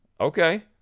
Okay